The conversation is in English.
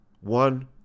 one